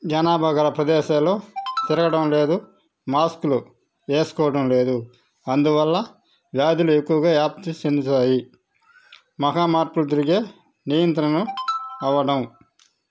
జనాభా గల ప్రదేశాల్లో తిరగడం లేదు మాస్క్లు వేసుకోవడం లేదు అందువల్ల వ్యాధులు ఎక్కువగా వ్యాప్తి చెందుతాయి మహా మార్పులు తిరిగే నియంత్రణ అవ్వడం